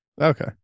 okay